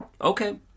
Okay